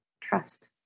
trust